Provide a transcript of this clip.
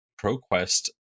ProQuest